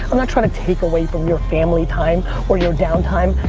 i'm not trying to take away from your family time or your down time.